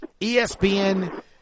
ESPN